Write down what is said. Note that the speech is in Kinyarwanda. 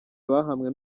bahamwe